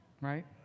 right